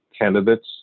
candidates